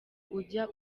ujya